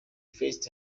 first